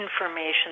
information